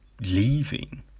leaving